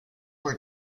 were